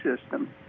system